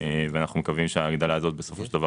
אנחנו מקווים שההגדלה הזאת בסופו של דבר